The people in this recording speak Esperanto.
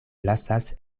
lasas